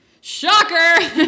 shocker